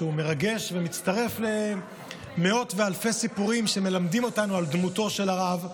שהוא מרגש ומצטרף למאות ואלפי סיפורים שמלמדים אותנו על דמותו של הרב.